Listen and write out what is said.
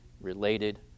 related